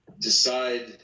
decide